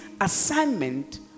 assignment